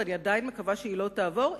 ואני עדיין מקווה שהיא לא תעבור,